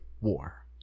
war